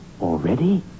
Already